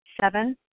Seven